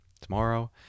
tomorrow